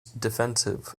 defensive